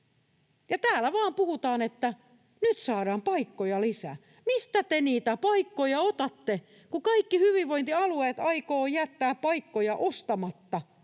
Ja täällä vain puhutaan, että nyt saadaan paikkoja lisää. Mistä te niitä paikkoja otatte, kun kaikki hyvinvointialueet aikovat jättää paikkoja ostamatta?